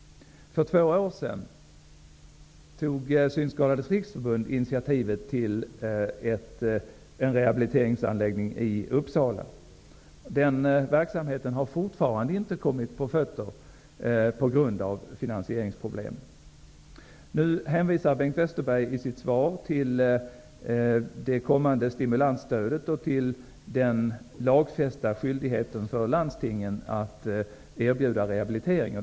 För två år sedan tog Synskadades riksförbund initiativet till en rehabiliteringsanläggning i Uppsala. Den verksamheten har fortfarande inte kommit på fötter på grund av finansieringsproblem. Nu hänvisar Bengt Westerberg i sitt svar till det kommande stimulansstödet och till den lagfästa skyldigheten för landstingen att erbjuda rehabilitering.